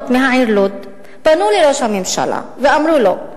מהעיר לוד פנו אל ראש הממשלה ואמרו לו: